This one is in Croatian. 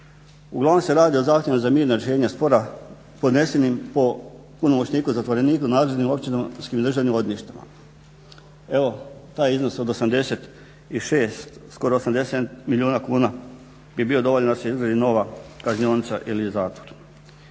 Uglavom se radi o zahtjevima za mirna rješenja spora podnesenim po punomoćniku zatvoreniku i nadležnim općinskim državnim odvjetništvima. Taj iznos od 86, skoro 87 milijuna kuna bi bio dovoljan da se izgradi nova kaznionica ili zatvor.